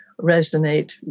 resonate